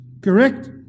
Correct